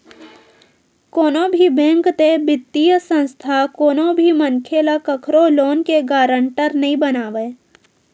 कोनो भी बेंक ते बित्तीय संस्था कोनो भी मनखे ल कखरो लोन के गारंटर नइ बनावय